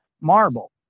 marble